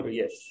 yes